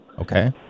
Okay